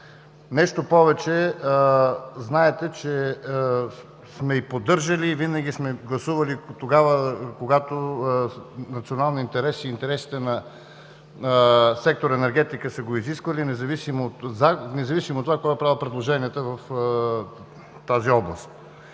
Нещо повече, знаете, че сме и поддържали, и винаги сме гласували тогава, когато националният интерес и интересите на сектор „Енергетика“ са го изисквали, независимо от това кой е направил предложенията в тази област.